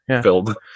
filled